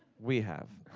we have.